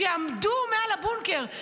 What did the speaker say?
שעמדו מעל הבונקר,